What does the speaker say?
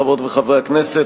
חברות וחברי הכנסת,